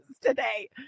today